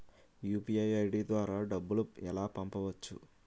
UPI ID ద్వారా డబ్బులు ఎలా పంపవచ్చు?